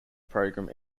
program